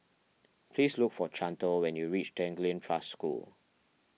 please look for Chantal when you reach Tanglin Trust School